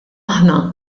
aħna